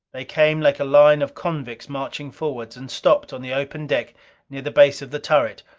they came like a line of convicts, marching forward, and stopped on the open deck near the base of the turret.